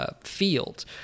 field